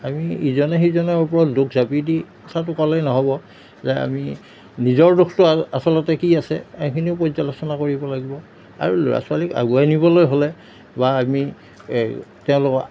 আমি ইজনে সিজনৰ ওপৰত দোষ জাপি দি কথাটো ক'লেই নহ'ব যে আমি নিজৰ দোষটো আচলতে কি আছে এইখিনিও পৰ্যালোচনা কৰিব লাগিব আৰু ল'ৰা ছোৱালীক আগুৱাই নিবলৈ হ'লে বা আমি এই তেওঁলোকক